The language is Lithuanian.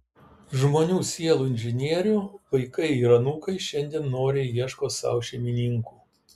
žmonių sielų inžinierių vaikai ir anūkai šiandien noriai ieško sau šeimininkų